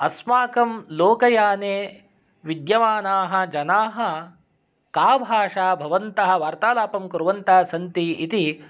अस्माकं लोकयाने विद्यमानाः जनाः का भाषा भवन्तः वार्तालापं कुर्वन्तः सन्ति इति